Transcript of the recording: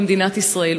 במדינת ישראל.